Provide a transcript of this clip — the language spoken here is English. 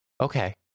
Okay